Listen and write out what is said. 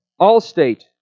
Allstate